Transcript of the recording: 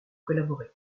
collaborer